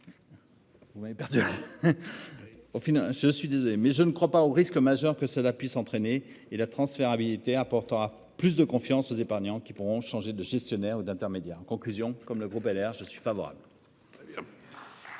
Vous avez perdu. Au final ce suis désolé mais je ne crois pas aux risque majeur que cela puisse entraîner et la transférabilité apportera plus de confiance aux épargnants qui pourront changer de gestionnaire ou d'intermédiaires en conclusion, comme le groupe LR, je suis favorable.